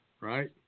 right